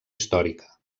històrica